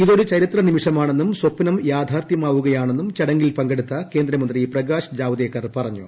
ഇതൊരു ചരിത്ര നിമിഷമാണെന്നും സപ്റ്റ്ം ്യാഥാർത്ഥ്യമാവുക യാണെന്നും ചടങ്ങിൽ പങ്കെടുത്ത കേന്ദ്രമന്ത്രി പ്രകാശ് ജാവ്ദേകർ പറഞ്ഞു